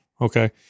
Okay